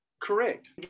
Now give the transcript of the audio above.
Correct